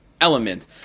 element